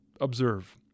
observe